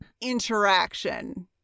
interaction